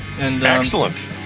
Excellent